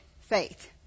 Faith